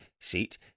seat